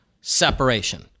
separation